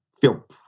feel